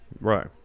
Right